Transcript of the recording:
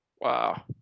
Wow